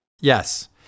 yes